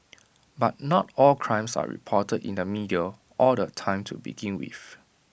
but not all crimes are reported in the media all the time to begin with